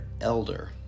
elder